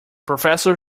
professor